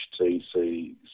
HTC